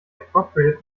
appropriate